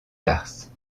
tarse